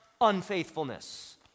unfaithfulness